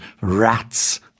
rats